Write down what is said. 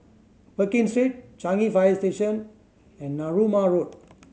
Pekin Street Changi Fire Station and Narooma Road